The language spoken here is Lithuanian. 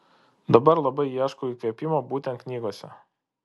dabar labai ieškau įkvėpimo būtent knygose